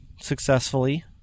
successfully